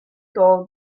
told